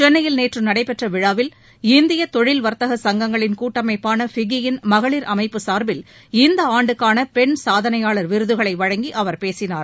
சென்னையில் நேற்று நடைபெற்ற விழாவில் இந்திய தொழில் வர்த்தக சங்கங்களின் கூட்டமைப்பான ஃபிக்கியின் மகளிர் அமைப்பு சார்பில் இந்த ஆண்டுக்காள பெண் சாதனையாளர் விருதுகளை வழங்கி அவர் பேசினார்